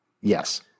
Yes